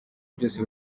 byose